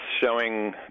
showing